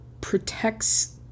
protects